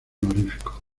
honorífico